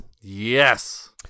yes